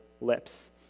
lips